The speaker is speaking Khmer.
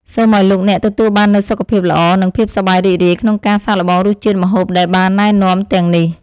សូមឱ្យលោកអ្នកទទួលបាននូវសុខភាពល្អនិងភាពសប្បាយរីករាយក្នុងការសាកល្បងរសជាតិម្ហូបដែលបានណែនាំទាំងនេះ។